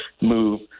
move